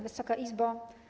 Wysoka Izbo!